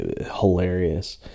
hilarious